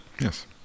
Yes